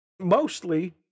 Mostly